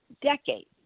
decades